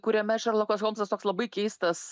kuriame šerlokas holmsas toks labai keistas